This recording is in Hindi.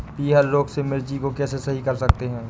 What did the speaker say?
पीहर रोग से मिर्ची को कैसे सही कर सकते हैं?